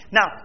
Now